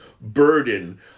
burden